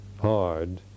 hard